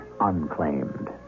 unclaimed